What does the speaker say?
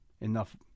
enough